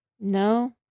No